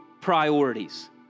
priorities